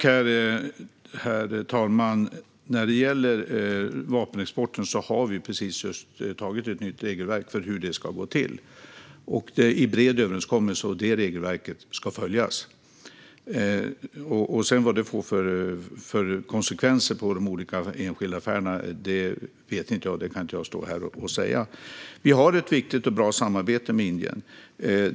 Herr talman! När det gäller vapenexporten har vi precis antagit ett nytt regelverk för hur det ska gå till - i bred överenskommelse. Det regelverket ska följas. Vad det sedan får för konsekvenser för de enskilda affärerna vet inte jag. Det kan inte jag stå här och säga. Vi har ett viktigt och bra samarbete med Indien.